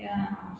ya